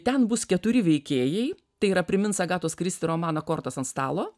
ten bus keturi veikėjai tai yra primins agatos kristi romaną kortos ant stalo